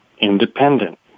independent